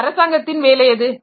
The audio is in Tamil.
ஒரு அரசாங்கத்தின் வேலை எது